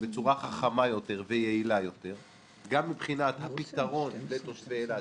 בצורה חכמה יותר ויעילה יותר גם מבחינת הפתרון לתושבי אילת,